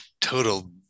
total